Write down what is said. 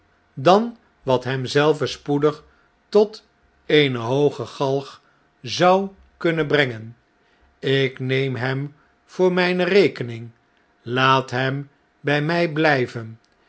dan wat hem zelven spoedig tot eene hooge galg zou kunnen brengen ik neem hem voor mjjne rekening laat hem by mij blijven